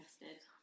interested